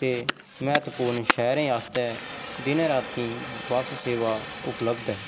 ते महत्वपूर्ण शैह्रें आस्तै दिनें रातीं बस्स सेवा उपलब्ध ऐ